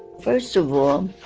first of all,